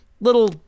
little